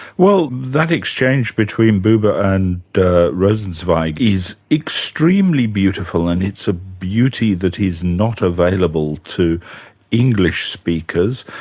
well, that exchange between buber and rosenzweig is extremely beautiful, and it's a beauty that is not available to english speakers.